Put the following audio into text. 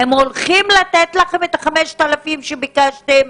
הם הולכים לתת לכם את ה-5,000 שביקשתם?